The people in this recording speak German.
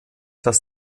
das